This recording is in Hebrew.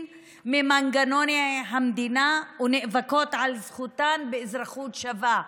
ממנגנוני המדינה ונאבקות על זכותן לאזרחות שווה.